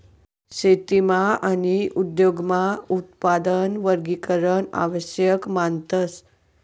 शेतीमा आणि उद्योगमा उत्पादन वर्गीकरण आवश्यक मानतस